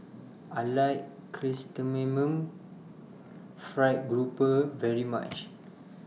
I like Chrysanthemum Fried Grouper very much